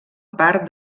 part